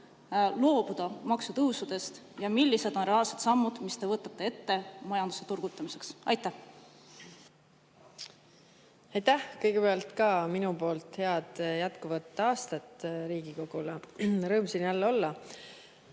loobuma maksutõusudest? Millised on reaalsed sammud, mis te võtate ette majanduse turgutamiseks? Aitäh! Kõigepealt, ka minu poolt head jätkuvat aastat Riigikogule! Rõõm siin jälle olla.